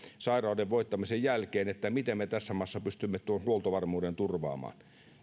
sairauden voittamisen jälkeen siitä miten me tässä maassa pystymme huoltovarmuuden turvaamaan